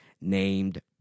named